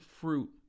fruit